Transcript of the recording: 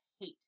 hate